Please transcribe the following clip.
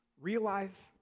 Realize